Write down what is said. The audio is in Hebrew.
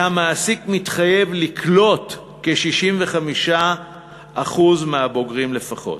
והמעסיק מתחייב לקלוט כ-65% מהבוגרים לפחות.